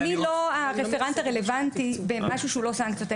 אני לא הרפרנט הרלוונטי במשהו שהוא לא סנקציות.